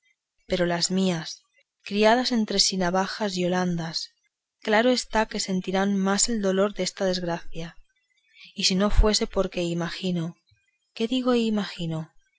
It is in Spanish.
pero las mías criadas entre sinabafas y holandas claro está que sentirán más el dolor desta desgracia y si no fuese porque imagino qué digo imagino